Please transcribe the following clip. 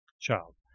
child